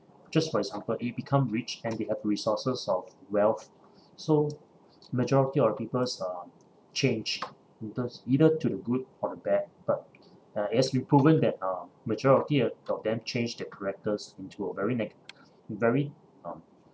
just for example if become rich and they have resources of wealth so majority of the peoples uh change does either to the good or the bad but uh it has been proven that uh majority of them changed their characters to a very neg~ very um